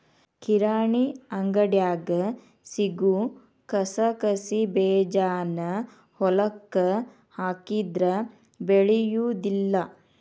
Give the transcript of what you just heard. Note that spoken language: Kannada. ಕಿರಾಣಿ ಅಂಗಡ್ಯಾಗ ಸಿಗು ಕಸಕಸಿಬೇಜಾನ ಹೊಲಕ್ಕ ಹಾಕಿದ್ರ ಬೆಳಿಯುದಿಲ್ಲಾ